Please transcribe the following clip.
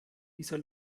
dieser